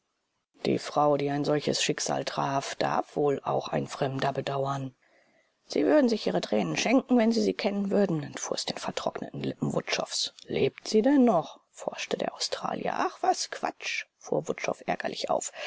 die frau die ein solches schicksal traf darf wohl auch ein fremder bedauern sie würden sich ihre tränen schenken wenn sie sie kennen würden entfuhr es den vertrockneten lippen wutschows lebt sie denn noch forschte der australier ach was quatsch fuhr wutschow ärgerlich auf